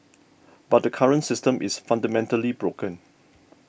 but the current system is fundamentally broken